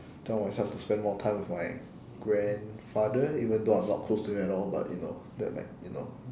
tell myself to spend more time with my grandfather even though I'm not close to him at all but you know that might you know